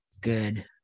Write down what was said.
good